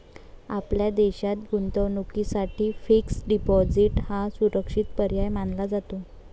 आपल्या देशात गुंतवणुकीसाठी फिक्स्ड डिपॉजिट हा सुरक्षित पर्याय मानला जातो